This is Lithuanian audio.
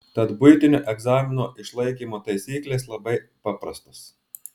tad buitinio egzamino išlaikymo taisyklės labai paprastos